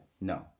No